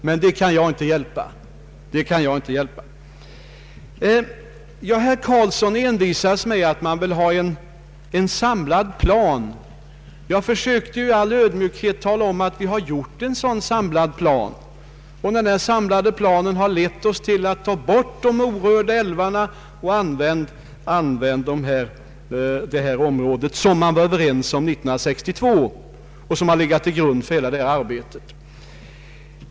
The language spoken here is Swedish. Herr Carlsson envisas med att man vill ha en samlad plan för vår kraftutbyggnad innan han tar ståndpunkt till Ritsem. Jag försökte tala om att vi gjort en sådan samlad plan, och den har lett oss fram till att avstå från att bygga kraftverk i de ännu orörda älvarna och att i stället använda detta område, vilket man var överens om 1962. Den planen har alltså legat till grund för hela detta arbete.